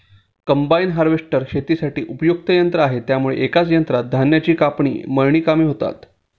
combine harvester शेतीसाठी उपयुक्त यंत्र आहे त्यामुळे एकाच यंत्रात धान्याची कापणी, मळणी कामे होतात